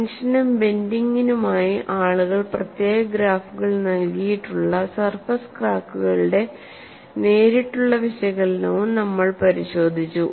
ടെൻഷനും ബെൻഡിങ്ങിനുമായി ആളുകൾ പ്രത്യേക ഗ്രാഫുകൾ നൽകിയിട്ടുള്ള സർഫസ് ക്രാക്കുകളുടെ നേരിട്ടുള്ള വിശകലനവും നമ്മൾ പരിശോധിച്ചു